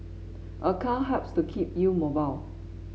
a car helps to keep you mobile